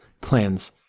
Plans